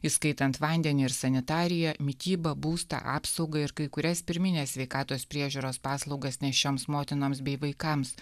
įskaitant vandenį ir sanitariją mitybą būstą apsaugą ir kai kurias pirmines sveikatos priežiūros paslaugas neščioms motinoms bei vaikams